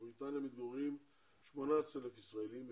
במתגוררים 18,000 ישראלים,